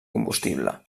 combustible